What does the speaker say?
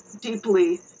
deeply